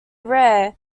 rare